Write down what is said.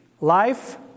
life